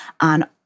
on